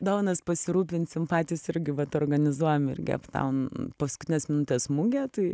dovanas pasirūpinsim patys irgi vat organizuojam irgi ap taun paskutinės minutės mugė tai